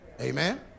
amen